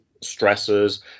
stresses